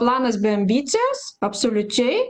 planas be ambicijos absoliučiai